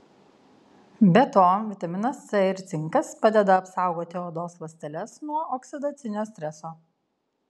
be to vitaminas c ir cinkas padeda apsaugoti odos ląsteles nuo oksidacinio streso